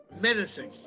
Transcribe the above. menacing